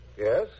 Yes